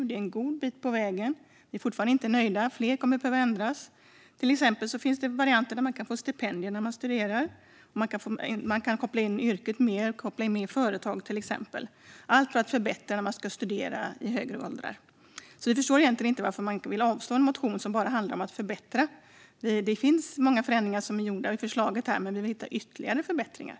Det är en god bit kvar, och mer kommer att behöva ändras. Exempelvis finns det varianter med stipendier när man studerar. Man kan också koppla det hela mer till yrket genom företagen - allt detta för att förbättra för den som vill studera i högre åldrar. Vi förstår egentligen inte varför man vill avslå en motion som bara handlar om att förbättra något. Det finns många förändringar i utskottets förslag, men vi vill förbättra dem ytterligare.